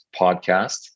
podcast